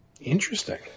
Interesting